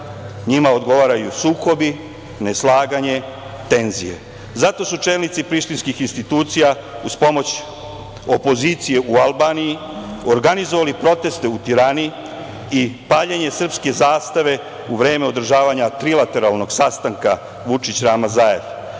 njima odgovaraju sukobi, neslaganje, tenzije. Zato su čelnici prištinskih institucija uz pomoć opozicije u Albaniji organizovali proteste u Tirani i paljenje srpske zastave u vreme održavanja trilateralnog sastanka Vučić – Rama –